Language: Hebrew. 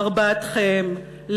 ארבעתכם,